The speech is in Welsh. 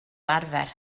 arfer